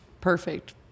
perfect